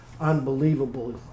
unbelievable